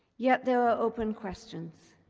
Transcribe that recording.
yet there are open questions.